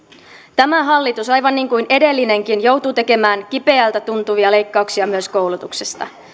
tämä hallitus aivan niin kuin edellinenkin joutuu tekemään kipeiltä tuntuvia leikkauksia myös koulutuksesta